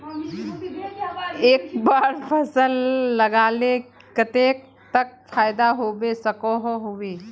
एक बार फसल लगाले कतेक तक फायदा होबे सकोहो होबे?